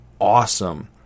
awesome